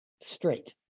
straight